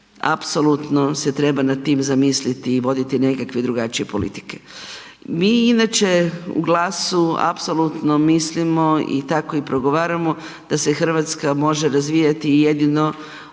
apsolutno se treba nad tim zamisliti i voditi nekakve drugačije politike. Mi inače u GLAS-u apsolutno mislimo i tako i progovaramo da se Hrvatska može razvijati i jedino ruku pod